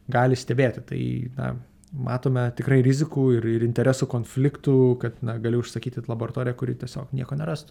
gali stebėti tai na matome tikrai rizikų ir ir interesų konfliktų kad na gali užsakyti laboratoriją kuri tiesiog nieko nerastų